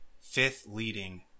fifth-leading